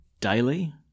daily